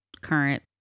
current